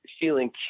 feeling